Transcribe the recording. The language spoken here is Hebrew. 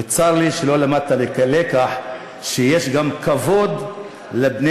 וצר לי שלא למדת את הלקח שיש גם כבוד לבני-אדם,